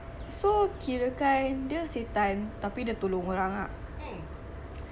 oh eh but right I saw recently it just came out part two right